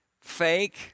fake